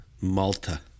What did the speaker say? Malta